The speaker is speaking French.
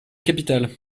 capitale